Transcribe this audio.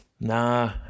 Nah